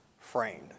framed